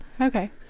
Okay